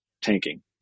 tanking